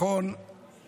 לא אמרת את זה בזמן אמת.